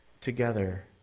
together